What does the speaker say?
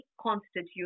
constitute